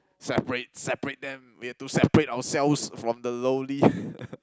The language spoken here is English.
separate separate them we have to separate ourselves from the lowly